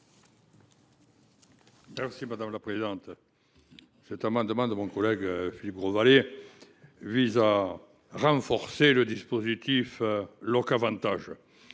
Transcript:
Christian Bilhac. Cet amendement de mon collègue Philippe Grosvalet vise à renforcer le dispositif Loc’Avantages.